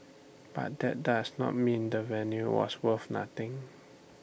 but that does not mean the venue was worth nothing